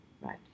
right